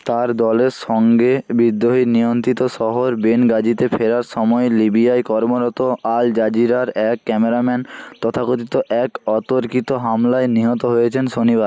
তাঁর দলের সঙ্গে বিদ্রোহী নিয়ন্ত্রিত শহর বেনগাজিতে ফেরার সময় লিবিয়ায় কর্মরত আল জাজিরার এক ক্যামেরাম্যান তথাকথিত এক অতর্কিত হামলায় নিহত হয়েছেন শনিবার